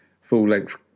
full-length